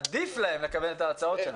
עדיף להם לקבל את ההצעות שלנו.